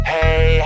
Hey